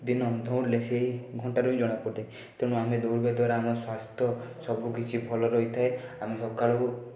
ଦିନ ଦୌଡ଼ିଲେ ସେଇ ଘଣ୍ଟାରୁ ଜଣା ପଡ଼ିଥାଏ ତେଣୁ ଆମେ ଦୌଡ଼ିବା ଦ୍ଵାରା ଆମ ସ୍ଵାସ୍ଥ୍ୟ ସବୁ କିଛି ଭଲ ରହିଥାଏ ଆମେ ସକାଳୁ